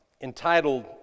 entitled